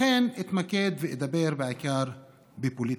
לכן אתמקד ואדבר בעיקר בפוליטיקה.